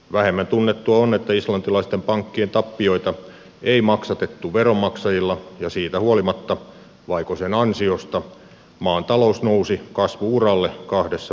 vähemmän tunnettua on että islantilaisten pankkien tappioita ei maksatettu veronmaksajilla ja siitä huolimatta vaiko sen ansiosta maan talous nousi kasvu uralle kahdessa vuodessa